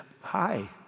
hi